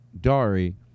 Dari